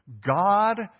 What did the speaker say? God